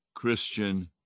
Christian